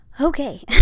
Okay